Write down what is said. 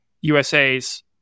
USA's